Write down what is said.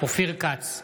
אופיר כץ,